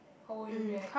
how would you react